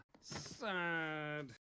Sad